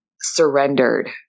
surrendered